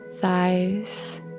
thighs